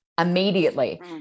immediately